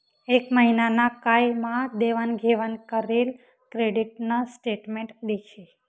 एक महिना ना काय मा देवाण घेवाण करेल क्रेडिट कार्ड न स्टेटमेंट दिशी